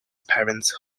parents